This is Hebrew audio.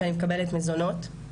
כי אני מקבלת מזונות.